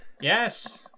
Yes